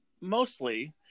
mostly